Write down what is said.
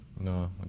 No